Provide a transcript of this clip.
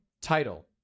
title